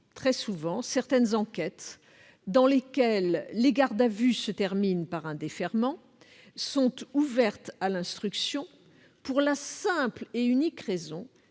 très souvent, certaines enquêtes, dans lesquelles les gardes à vue se terminent par un déferrement, sont ouvertes à l'instruction pour la simple et unique raison